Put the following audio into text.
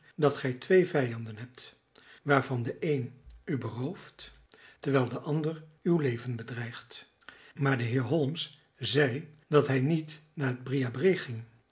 dat gij twee vijanden hebt waarvan de een u berooft terwijl de ander uw leven bedreigt maar de heer holmes zei dat hij niet naar